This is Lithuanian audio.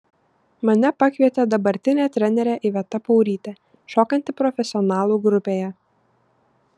mane pakvietė dabartinė trenerė iveta paurytė šokanti profesionalų grupėje